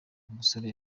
umusore